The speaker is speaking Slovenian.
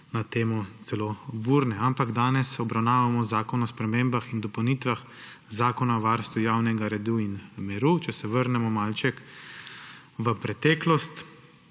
na temo, celo burne. Ampak danes obravnavamo Predlog zakona o spremembah in dopolnitvah Zakona o varstvu javnega reda in miru. Če se vrnemo malček v preteklost,